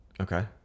Okay